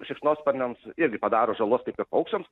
šikšnosparniams irgi padaro žalos kaip ir paukščiams